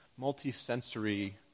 multi-sensory